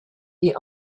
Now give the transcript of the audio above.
est